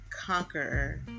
conqueror